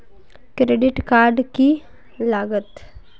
Credit card की लागत?